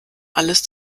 alles